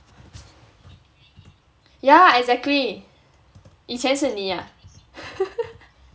yeah exactly 以前是你 ah